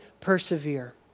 persevere